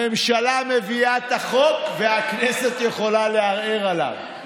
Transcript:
הממשלה מביאה את החוק והכנסת יכולה לערער עליו.